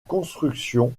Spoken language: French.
construction